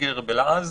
טריגר בלעז.